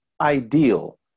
ideal